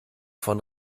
von